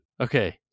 Okay